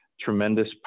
tremendous